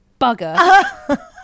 bugger